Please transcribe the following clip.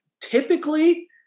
typically